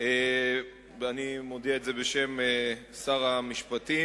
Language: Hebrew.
ואני מודיע את זה בשם שר המשפטים.